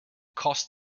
cost